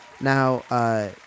Now